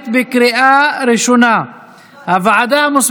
(תיקון מס' 4 והוראת שעה)